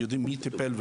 יודעים מי טיפל,